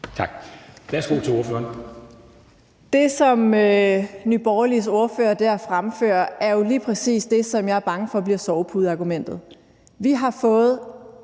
Kl. 11:04 Samira Nawa (RV): Det, som Nye Borgerliges ordfører der fremfører, er jo lige præcis det, som jeg er bange for bliver sovepudeargumentet. Vi har fået